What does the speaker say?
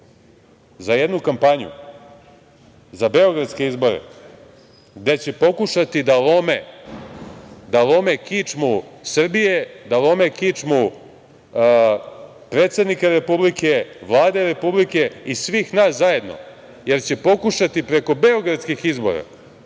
za jednu kampanju za beogradske izbore gde će pokušati da lome kičmu Srbije, da lome kičmu predsednika Republike, Vladi Republike i svih nas zajedno jer će pokušati preko beogradskih izbora,